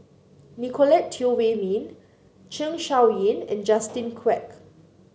Nicolette Teo Wei Min Zeng Shouyin and Justin Quek